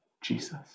Jesus